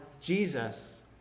Jesus